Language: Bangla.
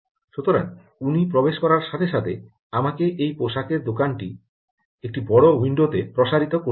সুতরাং উনি প্রবেশ করার সাথে সাথে আমাকে এই পোশাকের দোকানটি একটি বড় উইন্ডো তে প্রসারিত করতে দিন